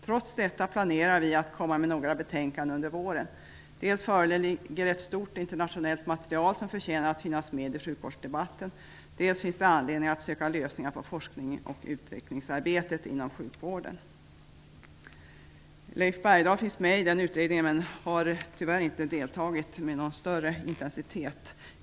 Trots detta planerar vi att komma med några betänkanden under våren. Dels föreligger ett stort internationellt material som förtjänar att finnas med i sjukvårdsdebatten, dels finns det anledning att söka lösningar för forsknings och utvecklingsarbetet inom sjukvården. Leif Bergdahl är ledamot i den utredningen men har tyvärr inte deltagit i arbetet med någon större intensitet.